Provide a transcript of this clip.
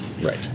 Right